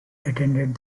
attended